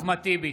אחמד טיבי,